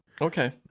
Okay